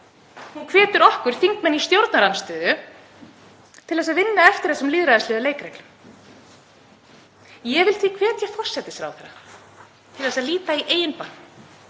Hún hvetur okkur þingmenn í stjórnarandstöðu til að vinna eftir þessum lýðræðislegu leikreglum. Ég vil því hvetja forsætisráðherra til að líta í eigin barm